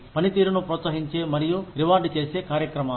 పనితీరును ప్రోత్సహించే మరియు రివార్డ్ చేసే కార్యక్రమాలు